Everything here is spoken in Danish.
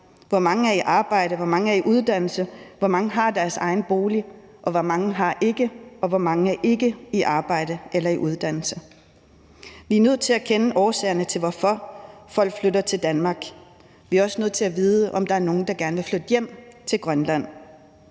hvor mange der er i arbejde, hvor mange der er i uddannelse, hvor mange der har deres egen bolig, og hvor mange der ikke har, og hvor mange der ikke er i arbejde eller i uddannelse. Vi er nødt til at kende årsagerne til, at folk flytter til Danmark. Vi er også nødt til at vide, om der er nogen, der gerne vil flytte hjem til Grønland,